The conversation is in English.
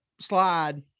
slide